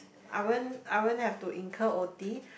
I won't I won't have to incur O_T